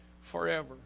forever